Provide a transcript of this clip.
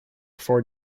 four